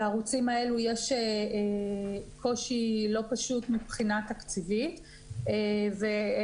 לערוצים אלו יש קושי לא פשוט מבחינה תקציבית וגם